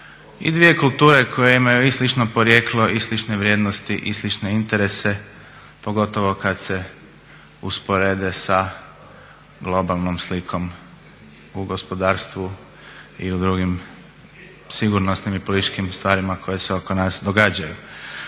i dvije kulture koje imaju i slično porijeklo i slične vrijednosti i slične interese pogotovo kada se usporede sa globalnom slikom u gospodarstvu i u drugim sigurnosnim i političkim stvarima koje se oko nas događaju.